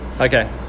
okay